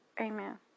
Amen